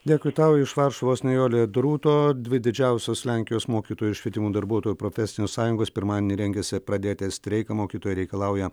dėkui tau iš varšuvos nijolė drūto dvi didžiausios lenkijos mokytojų ir švietimo darbuotojų profesinės sąjungos pirmadienį rengiasi pradėti streiką mokytojai reikalauja